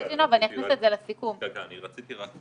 הישיבה ננעלה